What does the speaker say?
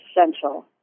essential